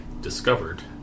discovered